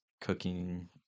cooking